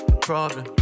problem